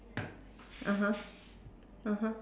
(uh huh) (uh huh)